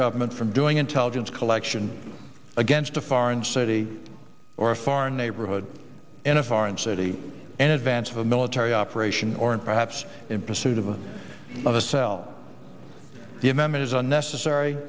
government from doing intelligence collection against a foreign city or a foreign neighborhood in a foreign city in advance of a military operation or in perhaps in pursuit of a cell the amendment is unnecessary